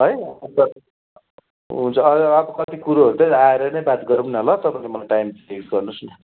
है हुन्छ आ अब कति कुरोहरू त्यहीँ आएर नै बात गरौँ न ल तपाईँले मलाई टाइम फिक्स गर्नुहोस् न